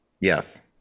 Yes